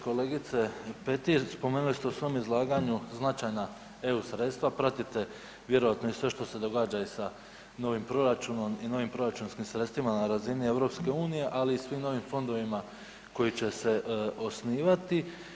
Kolegice Petir, spomenuli ste u svom izlaganju značajna EU sredstva, pratite vjerojatno i sve što se događa sa novim proračunom i novim proračunskim sredstvima na razini EU ali i svim novim fondovima koji će se osnivati.